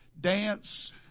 Dance